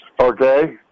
Okay